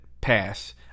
pass